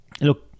look